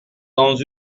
dans